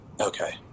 Okay